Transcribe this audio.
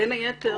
בין היתר,